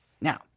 Now